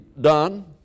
done